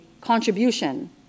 contribution